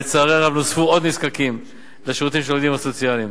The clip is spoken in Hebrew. לצערי הרב נוספו עוד נזקקים לשירותים של העובדים הסוציאליים.